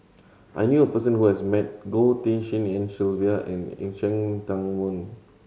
I knew a person who has met Goh Tshin En Sylvia and Cheng Tsang Man